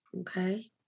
Okay